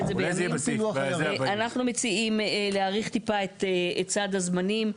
אנחנו מציעים להאריך טיפה את סד הזמנים.